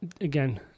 again